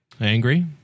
Angry